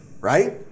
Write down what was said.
right